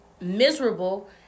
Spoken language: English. Miserable